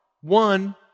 one